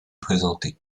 présentée